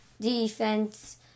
defense